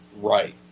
right